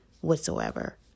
whatsoever